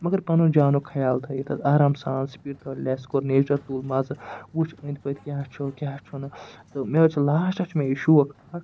مَگر پَنُن جانُک خیال تھٲیتھ آرام سان سٕپیٖڈ کٔر لیٚس کوٚر نیچر تُل مزٕ وُچھ أنٛدۍ پٔتۍ کیٛاہ چھُ کیٛاہ چھُنہٕ تہٕ مےٚ حظ چھُ لاسٹَس حظ چھُ مےٚ یہِ شوق اَکھ